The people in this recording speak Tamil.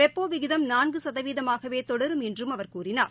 ரெப்போ விகிதம் நான்கு சதவீதமாகவே தொடரும் என்றும் அவர் கூறினார்